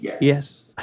yes